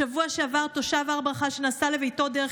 בשבוע שעבר תושב הר ברכה שנסע לביתו דרך